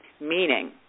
meaning